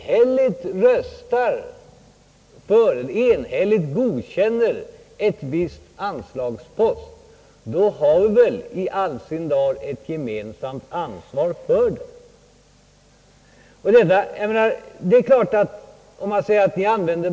Herr talman!